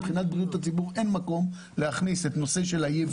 מבחינת בריאות הציבור אין מקום להכניס לנושא הייצוא